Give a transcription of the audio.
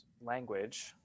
language